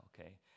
okay